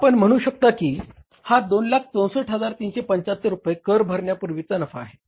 आपण म्हणू शकता की हा 264375 रुपये कर भरण्यापूर्वीचा नफा आहे